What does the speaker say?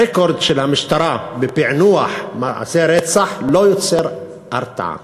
הרקורד של המשטרה בפענוח מעשי רצח לא יוצר הרתעה.